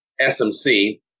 SMC